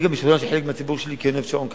אני גם משוכנע שחלק מהציבור שלי כן אוהב שעון קיץ,